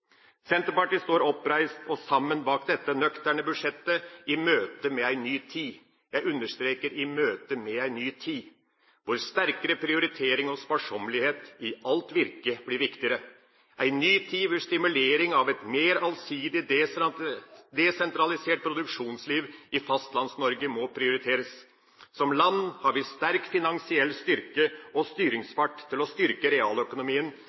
Senterpartiet står oppreist og sammen bak dette nøkterne budsjettet i møte med en ny tid – jeg understreker i møte med en ny tid – hvor sterkere prioritering og sparsommelighet i alt virke blir viktigere. En ny tid til stimulering av et mer allsidig, desentralisert produksjonsliv i Fastlands-Norge må prioriteres. Som land har vi sterk finansiell styrke og styringsfart til å styrke realøkonomien,